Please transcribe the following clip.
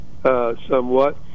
Somewhat